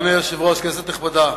אדוני היושב-ראש, כנסת נכבדה,